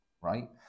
right